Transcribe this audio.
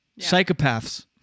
Psychopaths